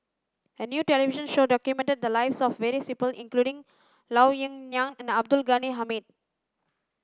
a new television show documented the lives of various people including Lao Ying Nan and Abdul Ghani Hamid